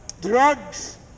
drugs